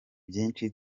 byinshi